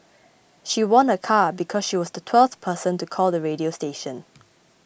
she won a car because she was the twelfth person to call the radio station